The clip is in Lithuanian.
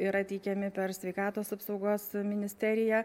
yra teikiami per sveikatos apsaugos ministeriją